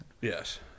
Yes